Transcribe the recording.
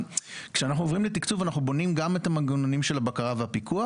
כשאנחנו עוברים לתקצוב אנחנו בונים גם את המנגנונים של הבקרה והפיקוח